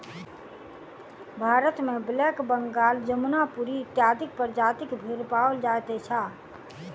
भारतमे ब्लैक बंगाल, जमुनापरी इत्यादि प्रजातिक भेंड़ पाओल जाइत अछि आ